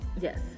Yes